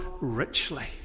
richly